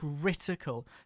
critical